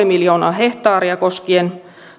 miljoonaa hehtaaria koskien